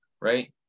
right